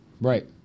Right